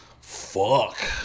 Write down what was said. Fuck